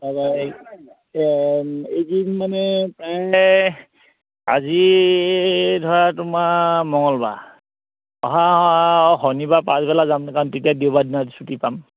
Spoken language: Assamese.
তাৰপৰা এই এইদিন মানে প্ৰায়ে আজি ধৰা তোমাৰ মঙলবাৰ অহা অহা শনিবাৰ পাছবেলা যামগৈ কাৰণ তেতিয়া দেওবাৰ দিনা ছুটি পাম